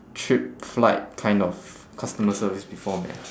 trip flight kind of customer service before man